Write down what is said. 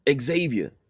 xavier